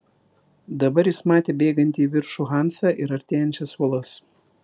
dabar jis matė bėgantį į viršų hansą ir artėjančias uolas